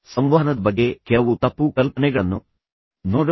ಸಂವಹನದ ಬಗ್ಗೆ ಕೆಲವು ತಪ್ಪು ಕಲ್ಪನೆಗಳನ್ನು ನೋಡೋಣ